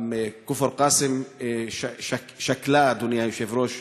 כפר קאסם שכלה, אדוני היושב-ראש,